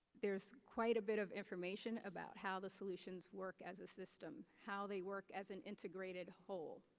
there's quite a bit of information about how the solutions work as a system, how they work as an integrated whole.